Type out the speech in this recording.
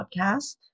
podcast